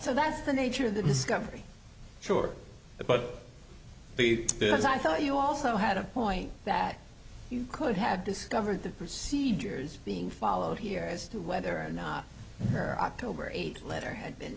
so that's the nature of the discovery sure but this i thought you also had a point that you could have discovered the procedures being followed here as to whether or not there october eighth letter had been